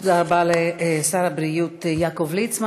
תודה רבה לשר הבריאות יעקב ליצמן.